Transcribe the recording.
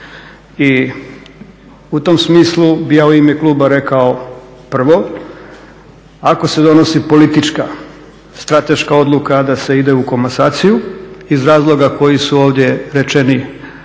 I u tom smislu bi ja u ime kluba rekao prvo ako se donosi politička, strateška odluka da se ide u komasaciju iz razloga koji su ovdje rečeni